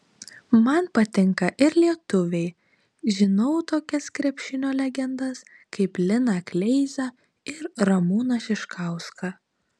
man patinka ir lietuviai žinau tokias krepšinio legendas kaip liną kleizą ir ramūną šiškauską